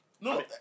No